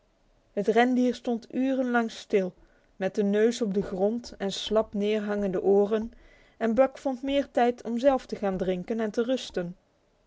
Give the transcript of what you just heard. het rendier stond urenlang stil met de neus op de grond en slap neerhangende oren en buck vond meer tijd om zelf te gaan drinken en te rusten